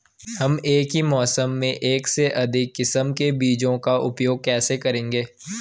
हम एक ही मौसम में एक से अधिक किस्म के बीजों का उपयोग कैसे करेंगे?